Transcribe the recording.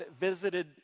visited